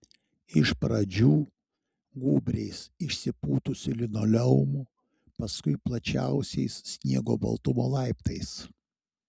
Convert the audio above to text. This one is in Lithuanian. iš pradžių gūbriais išsipūtusiu linoleumu paskui plačiausiais sniego baltumo laiptais